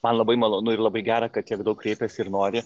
man labai malonu ir labai gera kad tiek daug kreipiasi ir nori